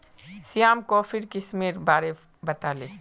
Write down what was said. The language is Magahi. श्याम कॉफीर किस्मेर बारे बताले